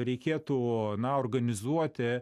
reikėtų organizuoti